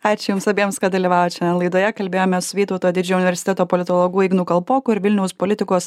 ačiū jums abiems kad dalyvavot šiandien laidoje kalbėjomės su vytauto didžiojo universiteto politologu ignu kalpoku ir vilniaus politikos